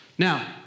Now